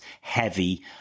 heavy